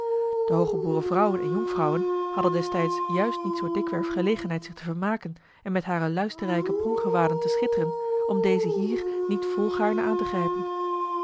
de hooggeboren vrouwen en jonkvrouwen hadden destijds juist niet zoo dikwerf gelegenheid zich te vermaken en met hare luisterrijke pronkgewaden te schitteren om deze hier niet volgaarne aan te grijpen